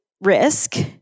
risk